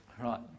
Right